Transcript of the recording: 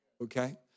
Okay